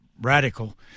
radical